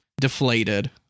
deflated